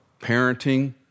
parenting